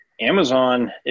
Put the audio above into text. Amazon